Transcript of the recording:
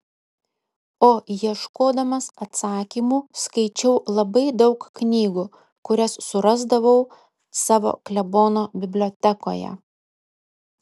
o ieškodamas atsakymų skaičiau labai daug knygų kurias surasdavau savo klebono bibliotekoje